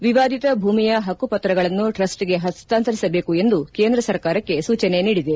ವಿವಾದಿತ ಭೂಮಿಯ ಹಕ್ಕುಪತ್ರಗಳನ್ನು ಟ್ರಸ್ಟ್ಗೆ ಹಸ್ತಾಂತರಿಸಬೇಕು ಎಂದು ಕೇಂದ್ರ ಸರ್ಕಾರಕ್ಕೆ ಸೂಚನೆ ನೀಡಿದೆ